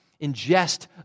ingest